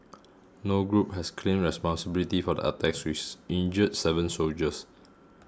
no group has claimed responsibility for the attacks which injured seven soldiers